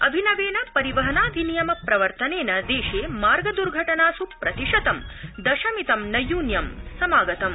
अभिनवेन परिवहनाधिनियम प्रवर्तनेन देशे मार्ग दुर्घटनासु प्रतिशतं दशमितं नैयून्यम् समागतम्